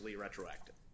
retroactive